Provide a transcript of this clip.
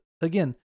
again